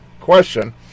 question